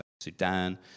Sudan